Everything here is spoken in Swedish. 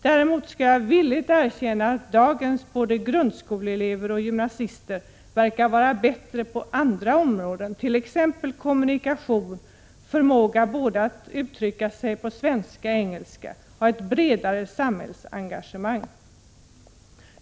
Däremot skall jag villigt erkänna att dagens grundskoleelever och gymnasister verkar vara bättre på andra områden, t.ex. när det gäller kommunikation och förmågan att uttrycka sig på både svenska och engelska, och har bredare samhällsengagemang.